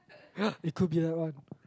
it could be that one